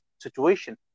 situation